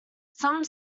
some